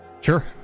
Sure